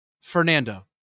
Fernando